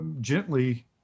gently